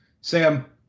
Sam